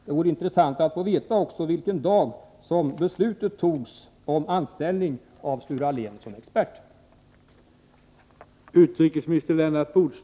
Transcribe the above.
Det vore intressant att få veta vilken dag som beslutet om anställning av Sture Allén som expert togs.